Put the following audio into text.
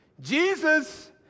Jesus